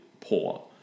poor